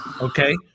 Okay